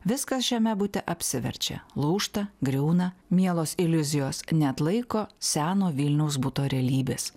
viskas šiame bute apsiverčia lūžta griūna mielos iliuzijos neatlaiko seno vilniaus buto realybės